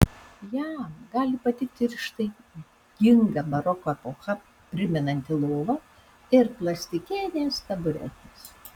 jam gali patikti ir ištaiginga baroko epochą primenanti lova ir plastikinės taburetės